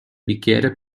bicchiere